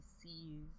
sees